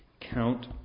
Count